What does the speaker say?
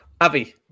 Avi